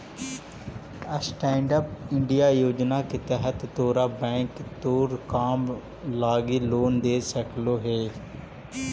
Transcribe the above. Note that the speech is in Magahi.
स्टैन्ड अप इंडिया योजना के तहत तोरा बैंक तोर काम लागी लोन दे सकलो हे